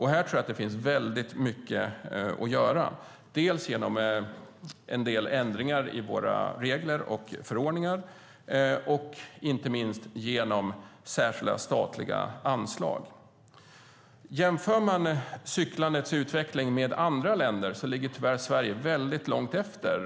Här tror jag att det finns mycket att göra, genom en del ändringar i våra regler och förordningar och inte minst genom särskilda statliga anslag. Jämför man cyklandets utveckling med andra länder ser man att Sverige tyvärr ligger mycket långt efter.